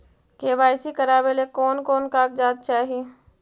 KYC करावे ले कोन कोन कागजात चाही?